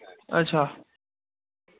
अच्छा